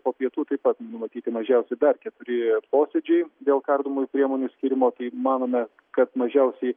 po pietų taip pat numatyti mažiausiai dar keturi posėdžiai dėl kardomųjų priemonių skyrimo tai manome kad mažiausiai